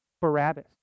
Barabbas